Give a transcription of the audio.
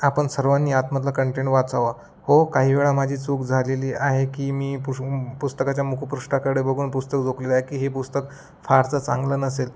आपण सर्वांनी आतमधला कंटेंट वाचावा हो काही वेळा माझी चूक झालेली आहे की मी पुष् पुस्तकाच्या मुखपृष्ठाकडे बघून पुस्तक जोखलेलं आहे की हे पुस्तक फारसं चांगलं नसेल